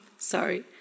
sorry